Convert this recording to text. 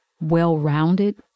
well-rounded